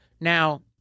Now